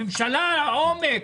הממשלה ועומק.